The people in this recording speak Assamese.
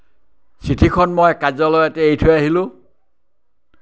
চিঠিখন মই কাৰ্যালয়তে এৰি থৈ আহিলোঁ